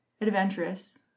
adventurous